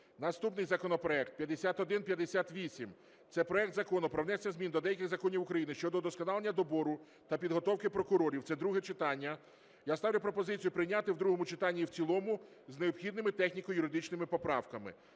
Наступний законопроект 5158. Це проект Закону про внесення змін до деяких законів України щодо удосконалення добору та підготовки прокурорів. Це друге читання. Я ставлю пропозицію прийняти в другому читанні і в цілому з необхідними техніко-юридичними поправками